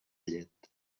llet